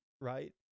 right